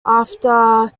after